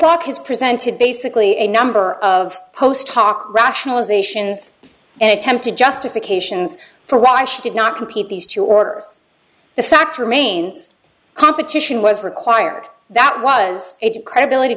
clock has presented basically a number of post hoc rationalizations and attempted justifications for why she did not compete these two orders the fact remains competition was required that was a credibility